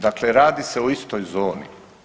Dakle radi se o istoj zoni.